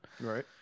Right